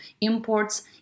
imports